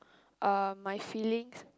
uh my feelings